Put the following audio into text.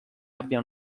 abbia